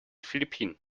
philippinen